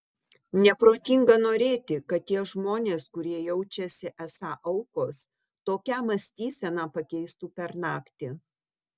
neprotinga norėti kad tie žmonės kurie jaučiasi esą aukos tokią mąstyseną pakeistų per naktį